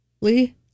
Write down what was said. Lee